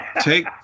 Take